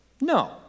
No